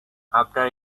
after